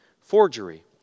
forgery